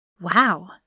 Wow